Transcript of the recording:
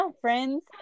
friends